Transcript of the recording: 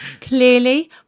clearly